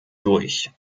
durch